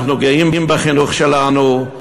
אנחנו גאים בחינוך שלנו.